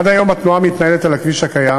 עד היום התנועה מתנהלת על הכביש הקיים,